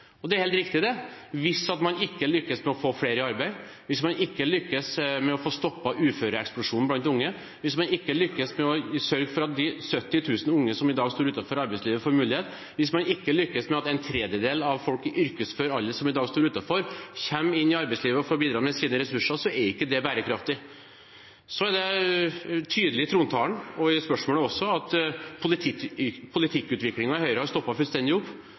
konsekvensen. Det er helt riktig, det. Hvis man ikke lykkes med å få flere i arbeid, hvis man ikke lykkes med å få stoppet uføreeksplosjonen blant unge, hvis man ikke lykkes med å sørge for at de 70 000 unge som i dag står utenfor arbeidslivet, får muligheter, og hvis man ikke lykkes med at en tredjedel av folk i yrkesfør alder som i dag står utenfor, kommer inn i arbeidslivet og får bidratt med sine ressurser, er ikke det bærekraftig. Det er tydelig i trontalen, og i spørsmålet også, at politikkutviklingen i Høyre har stoppet fullstendig opp,